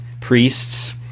priests